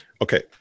Okay